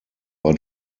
war